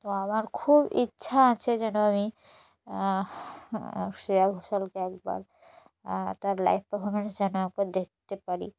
তো আমার খুব ইচ্ছা আছে যেন আমি শ্রেয়া ঘোষালকে একবার তার লাইভ পারফরম্যান্স যেন একবার দেখতে পারি